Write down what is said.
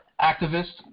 activists